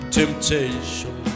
temptation